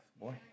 boy